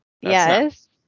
Yes